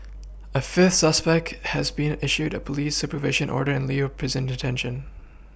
a fifth suspect has been issued a police supervision order in lieu prison detention